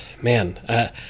man